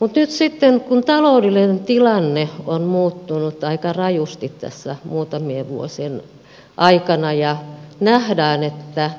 mutta nyt kun taloudellinen tilanne on muuttunut aika rajusti tässä muutamien vuosien aikana ja nähdään että